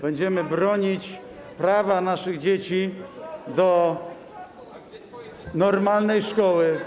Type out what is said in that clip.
Będziemy bronić prawa naszych dzieci do normalnej szkoły.